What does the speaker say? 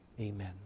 Amen